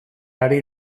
ari